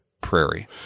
prairie